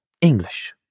English